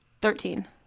Thirteen